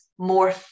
More